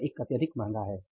यह अत्यधिक महंगा है